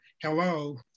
Hello